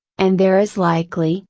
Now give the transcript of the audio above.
and there is likely,